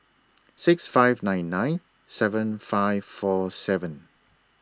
six five nine nine seven five four seven